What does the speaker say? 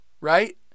Right